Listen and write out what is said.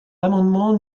l’amendement